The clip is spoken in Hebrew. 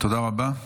תודה רבה.